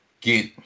get